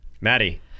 Maddie